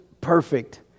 perfect